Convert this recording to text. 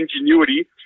ingenuity